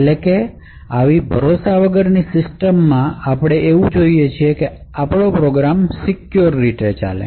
એટલે કે આવી ભરોસા વગરની સિસ્ટમ માં આપણે એવું જોઈએ છીએ કે આપણો પ્રોગ્રામ સિક્યોર રીતે ચાલે